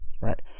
right